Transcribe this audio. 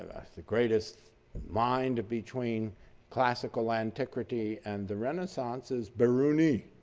um the greatest mind between classical antiquity and the renaissance is biruni.